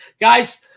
Guys